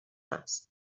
است